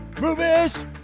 movies